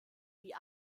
wie